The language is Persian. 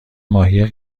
ماهی